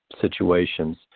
situations